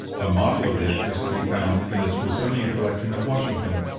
a model of it is to be found in the smithsonian collection at washington.